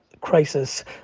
Crisis